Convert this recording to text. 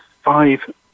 five